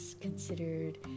considered